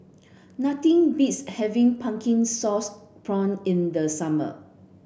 nothing beats having pumpkin sauce prawn in the summer